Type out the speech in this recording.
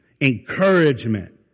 encouragement